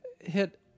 hit